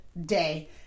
day